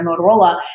Motorola